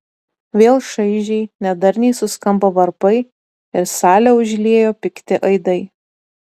vėl šaižiai nedarniai suskambo varpai ir salę užliejo pikti aidai